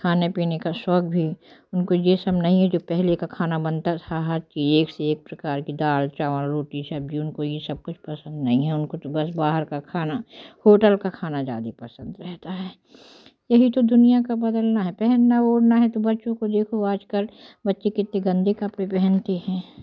खाने पीने का शौक भी उनको ये सब नहीं है जी पहले का खाना बनता था हर चीज एक से एक प्रकार की दाल चावल रोटी सब्जी उनको ये सब कुछ पसंद नहीं है उनको तो बस बाहर का खाना होटल का खाना ज़्यादा पसंद रहता है यही तो दुनिया का बदलना हैं पहनना ओढ़ना है तो बच्चों को देखो आज कल बच्चे के कितने गंदे कपड़े पहनते हैं